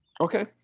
Okay